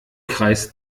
kreis